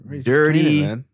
Dirty